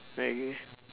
like really meh